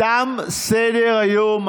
תם סדר-היום.